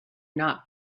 not